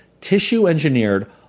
Tissue-Engineered